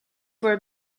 were